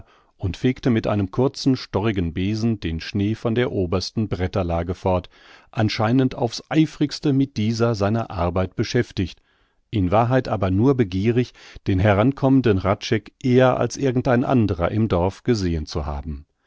und fegte mit einem kurzen storrigen besen den schnee von der obersten bretterlage fort anscheinend aufs eifrigste mit dieser seiner arbeit beschäftigt in wahrheit aber nur begierig den herankommenden hradscheck eher als irgend ein anderer im dorf gesehen zu haben